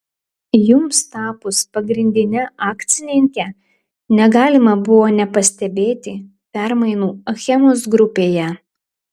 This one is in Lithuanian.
jums tapus pagrindine akcininke negalima buvo nepastebėti permainų achemos grupėje